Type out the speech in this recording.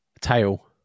Tail